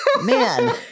man